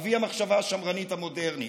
אבי המחשבה השמרנית המודרנית.